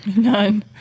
None